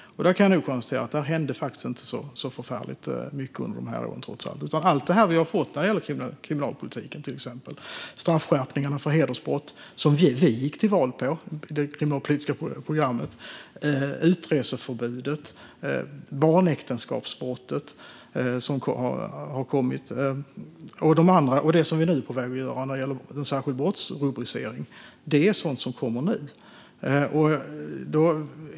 Där kan jag konstatera att det trots allt inte hände så förfärligt mycket under de här åren. Allt som vi har fått igenom i kriminalpolitiken, till exempel straffskärpningarna för hedersbrott, det kriminalpolitiska programmet som vi gick till val på, utreseförbudet, barnäktenskapsbrottet och, som vi nu är på väg att införa, en särskild brottsrubricering är sådant som kommer nu.